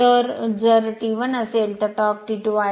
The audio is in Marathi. तर जर T1 असेल तर टॉर्क T2 आहे